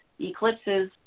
eclipses